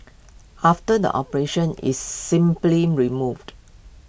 after the operation it's simply removed